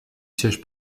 siège